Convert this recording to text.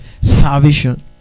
salvation